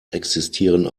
existieren